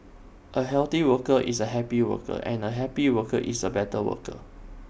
A healthy worker is A happy worker and A happy worker is A better worker